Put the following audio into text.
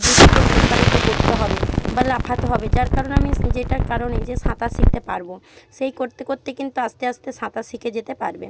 দুটিকে প্রসারিত করতে হবে বা লাফাতে হবে যার কারণে আমি স্ যেটার কারণে যে সাঁতার শিখতে পারব সেই করতে করতে কিন্তু আস্তে আস্তে সাঁতার শিখে যেতে পারবে